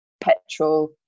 petrol